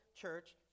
church